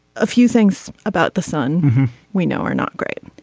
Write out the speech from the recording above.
a few things about the sun we know are not great.